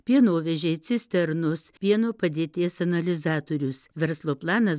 pienovežiai cisternos pieno padėties analizatorius verslo planas